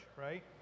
right